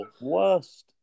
Worst